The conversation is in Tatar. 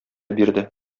бирде